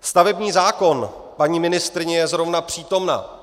Stavební zákon paní ministryně je zrovna přítomna.